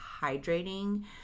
hydrating